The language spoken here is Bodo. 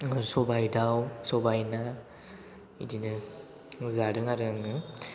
सबाय दाउ सबाय ना बिदिनो जादों आरो आङो